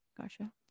Gotcha